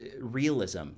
realism